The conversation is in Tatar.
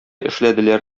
эшләделәр